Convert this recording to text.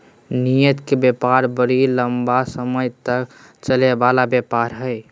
निर्यात के व्यापार बड़ी लम्बा समय तक चलय वला व्यापार हइ